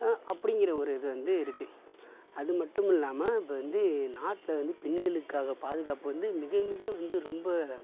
அப்படிங்கிற ஒரு இது வந்து இருக்குது அது மட்டும் இல்லாமல் இப்போ வந்து நாட்டில் வந்து பெண்களுக்காக பாதுகாப்பு வந்து மிக மிக மிக ரொம்ப